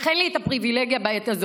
אך אין לי את הפריבילגיה בעת הזאת.